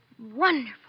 Wonderful